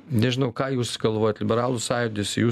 nežinau ką jūs galvojat liberalų sąjūdis jūs